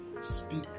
Speak